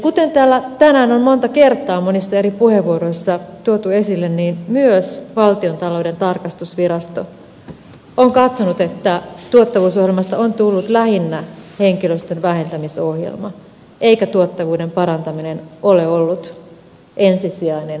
kuten täällä tänään on monta kertaa monissa eri puheenvuoroissa tuotu esille niin myös valtiontalouden tarkastusvirasto on katsonut että tuottavuusohjelmasta on tullut lähinnä henkilöstön vähentämisohjelma eikä tuottavuuden parantaminen ole ollut ensisijainen tavoite